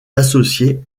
associé